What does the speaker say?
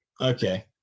okay